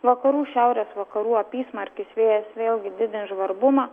vakarų šiaurės vakarų apysmarkis vėjas vėlgi didins žvarbumą